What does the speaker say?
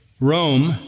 Rome